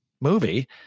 movie